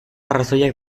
arrazoiak